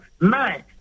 nine